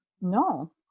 No